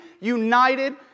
united